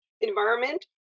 environment